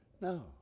No